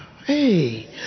hey